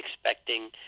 expecting